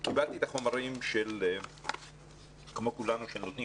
קיבלתי כמו כולנו את החומרים על "נותנים